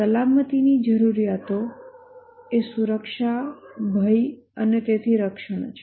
સલામતી જરૂરિયાતો સુરક્ષા ભય અને તેથી રક્ષણ છે